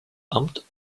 amt